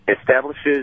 Establishes